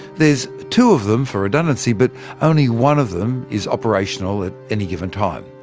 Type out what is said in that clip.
there's two of them for redundancy, but only one of them is operational at any given time.